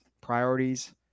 priorities